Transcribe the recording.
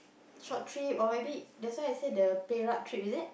short trip or maybe that's why I say the Perak trip is it